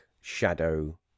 shadow